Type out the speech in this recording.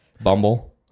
Bumble